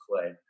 clay